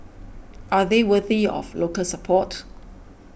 are they worthy of local support